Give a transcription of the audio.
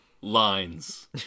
Lines